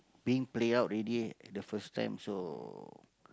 being played out already the first time so